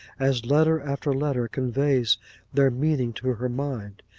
as letter after letter conveys their meaning to her mind.